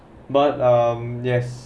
but um yes